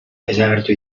desagertu